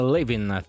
Living